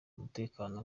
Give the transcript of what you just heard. umutekano